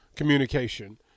Communication